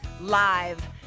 Live